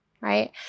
right